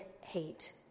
hate